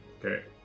okay